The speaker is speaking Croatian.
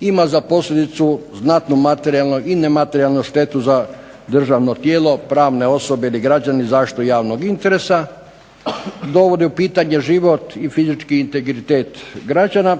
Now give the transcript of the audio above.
ima za posljedicu znatno materijalnu i nematerijalnu štetu za državno tijelo, pravne osobe i građani zaštitu javnog interesa dovodi u pitanje život i fizički integritet građana,